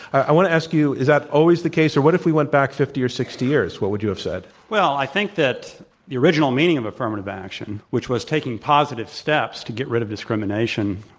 i want to ask you is that always the case? or what if we went back fifty or sixty years, what would you have said? well, i think that the original meaning of affirmative action, which was taking positive steps to get rid of discrimination,